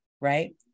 right